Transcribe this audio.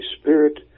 spirit